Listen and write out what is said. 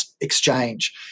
exchange